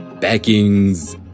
backings